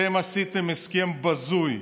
אתם עשיתם הסכם בזוי,